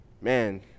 man